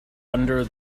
under